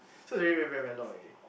so really very very long already